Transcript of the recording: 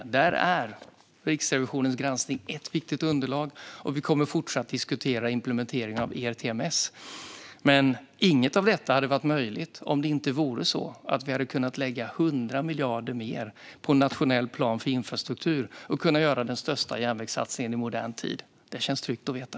I detta är Riksrevisionens granskningsrapport ett viktigt underlag. Vi kommer fortsätta att diskutera implementeringen av ERTMS. Inget av detta hade varit möjligt om det inte vore så att vi kan lägga 100 miljarder mer på den nationella planen för infrastruktur och därmed göra den största järnvägssatsningen i modern tid. Det känns tryggt att veta.